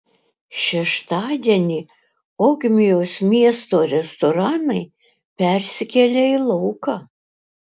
šeštadienį ogmios miesto restoranai persikėlė į lauką